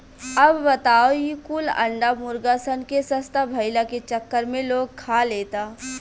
अब बताव ई कुल अंडा मुर्गा सन के सस्ता भईला के चक्कर में लोग खा लेता